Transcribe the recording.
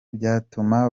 byatuma